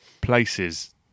places